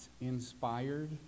inspired